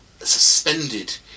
suspended